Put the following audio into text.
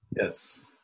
Yes